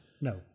No